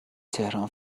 تهران